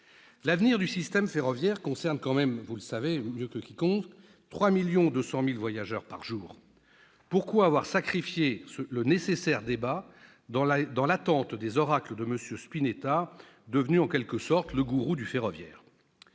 L'avenir du système ferroviaire concerne tout de même, vous le savez mieux que quiconque, 3,2 millions de voyageurs par jour. Pourquoi avoir sacrifié le nécessaire débat, dans l'attente des oracles de M. Spinetta, devenu, en quelque sorte, le « gourou » du ferroviaire ?